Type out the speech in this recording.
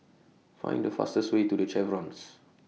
Find The fastest Way to The Chevrons